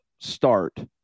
start